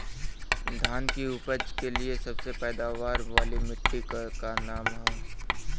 धान की उपज के लिए सबसे पैदावार वाली मिट्टी क का नाम ह?